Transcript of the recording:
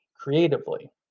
creatively